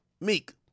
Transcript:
Meek